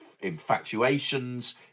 infatuations